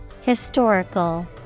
Historical